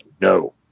no